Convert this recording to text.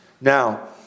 Now